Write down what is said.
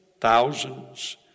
Thousands